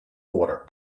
water